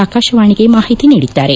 ಆಕಾಶವಾಣಿಗೆ ಮಾಹಿತಿ ನೀಡಿದ್ದಾರೆ